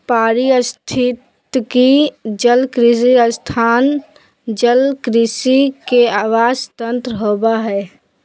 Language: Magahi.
पारिस्थितिकी जलकृषि स्थान जलकृषि के आवास तंत्र होबा हइ